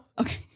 Okay